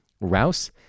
rouse